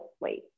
wait